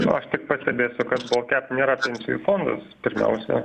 nu aš tik pastebėsiu kad baltkep nėra pensijų fondas pirmiausia